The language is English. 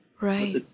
Right